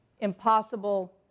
impossible